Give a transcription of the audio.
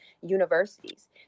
universities